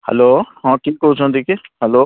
hello ହଁ କିଏ କହୁଛନ୍ତି କି ହ୍ୟାଲୋ